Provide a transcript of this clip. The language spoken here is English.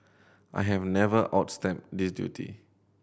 I have never out step this duty